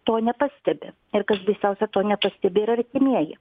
to nepastebi ir kas baisiausia to nepastebi ir artimieji